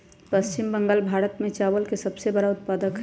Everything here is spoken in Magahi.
पश्चिम बंगाल भारत में चावल के सबसे बड़ा उत्पादक हई